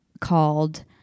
called